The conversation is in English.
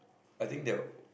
I think they were